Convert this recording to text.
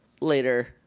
later